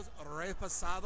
Repasado